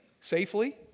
safely